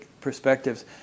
perspectives